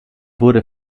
wurde